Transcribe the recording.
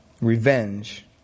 revenge